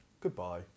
Goodbye